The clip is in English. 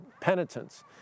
penitence